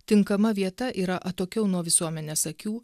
tinkama vieta yra atokiau nuo visuomenės akių